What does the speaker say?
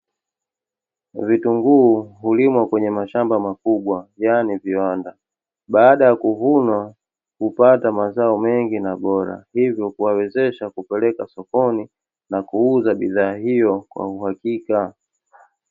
Vitunguu hulimwa kwenye mashamba makubwa yaani viwanda, baada ya kuvunwa hupata mazao mengi na bora, hivyo kuwawezesha kupeleka sokoni, na kuuza bidhaa hiyo kwa uhakika.